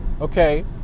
okay